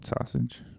Sausage